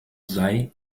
sei